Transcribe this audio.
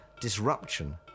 disruption